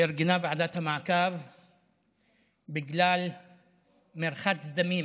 שארגנה ועדת המעקב בגלל מרחץ דמים,